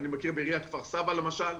אני מכיר את זה בעירית כפר סבא למשל,